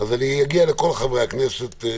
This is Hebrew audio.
אני אגיע לכל חברי הכנסת.